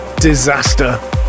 disaster